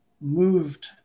moved